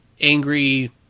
angry